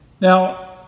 Now